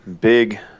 big